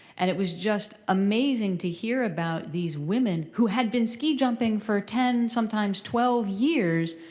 and it was just amazing to hear about these women who had been ski jumping for ten, sometimes twelve years,